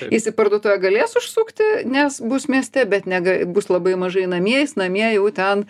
jis į parduotuvę galės užsukti nes bus mieste bet nega bus labai mažai namie jis namie jau ten